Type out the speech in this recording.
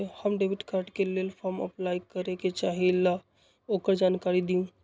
हम debit card के लेल फॉर्म अपलाई करे के चाहीं ल ओकर जानकारी दीउ?